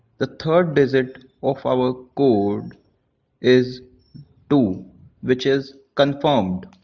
the third digit of our code is two which is confirmed.